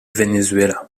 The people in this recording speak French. venezuela